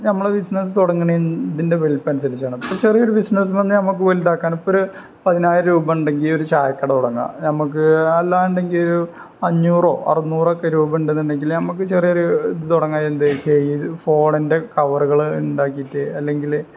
നമ്മള് ബിസ്നസ്സ് തുടങ്ങുന്നതിന്റെ ഇതിൻ്റെ വലിപ്പമനുസരിച്ചാണ് ഇപ്പോള് ചെറിയൊരു ബിസിനസ്സ് എന്നു പറഞ്ഞാല് നമുക്ക് വലുതാക്കാന് ഇപ്പൊരു പതിനായിരം രൂപയുണ്ടെങ്കില് ഒരു ചായക്കട തുടങ്ങാം ഞമ്മള്ക്ക് അല്ലാന്നുണ്ടെങ്കിൽ അഞ്ഞൂറോ അറുന്നൂറോ ഒക്കെ രൂപ ഉണ്ടെന്നുണ്ടെങ്കിൽ നമുക്ക് ചെറിയോരു ഇത് തുടങ്ങാം എന്ത് ഈ ഫോണിൻ്റെ കവറുകള് ഉണ്ടാക്കിയിട്ട് അല്ലെങ്കില്